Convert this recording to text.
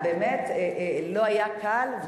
באמת לא היה קל,